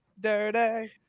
dirty